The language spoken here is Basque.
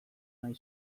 nahi